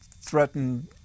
threatened